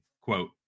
quote